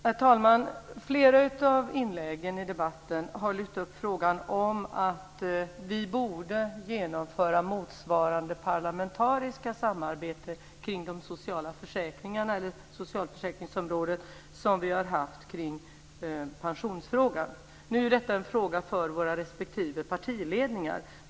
Herr talman! Flera av inläggen i debatten har lyft upp frågan om att vi borde genomföra motsvarande parlamentariska samarbete på socialförsäkringsområdet som vi har haft kring pensionsfrågan. Nu är detta en fråga för våra respektive partiledningar.